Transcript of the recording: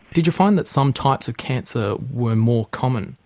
did you find that some types of cancer were more common?